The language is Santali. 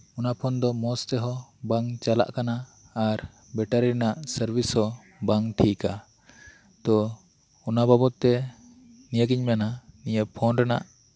ᱚᱱᱟ ᱯᱷᱳᱱ ᱫᱚ ᱢᱚᱪᱛᱮᱦᱚᱸ ᱵᱟᱝ ᱪᱟᱞᱟᱜ ᱠᱟᱱᱟ ᱟᱨ ᱵᱮᱴᱟᱨᱤ ᱨᱮᱭᱟᱜ ᱥᱟᱨᱵᱤᱥ ᱦᱚᱸ ᱵᱟᱝ ᱴᱷᱤᱠᱟ ᱛᱚ ᱚᱱᱟ ᱵᱟᱵᱚᱛ ᱛᱮ ᱱᱤᱭᱟᱹᱜᱤᱧ ᱢᱮᱱᱟ ᱱᱤᱭᱟᱹ ᱯᱷᱳᱱ ᱨᱮᱭᱟᱜ